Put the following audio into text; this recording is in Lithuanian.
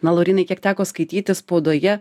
na laurynai kiek teko skaityti spaudoje